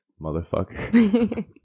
motherfucker